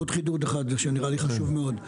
עוד חידוד אחד שנראה לי חשוב מאוד.